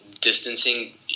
distancing